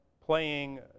playing